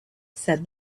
said